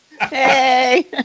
Hey